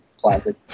classic